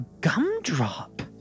gumdrop